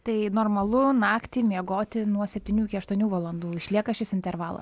tai normalu naktį miegoti nuo septynių iki aštuonių valandų išlieka šis intervalas